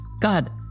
God